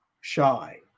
shy